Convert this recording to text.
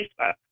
Facebook